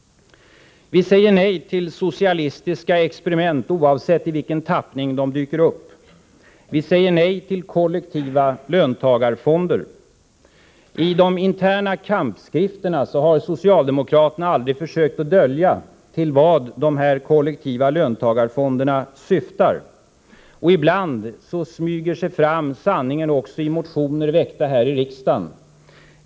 Vi säger nej till socialistiska experiment oavsett i vilken tappning de dyker upp. Vi säger också nej till kollektiva löntagarfonder. I de interna kampskrifterna har socialdemokraterna aldrig försökt dölja till vad dessa kollektiva löntagarfonder syftar. Ibland smyger sig sanningen fram också i motioner väckta här i riksdagen.